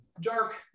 dark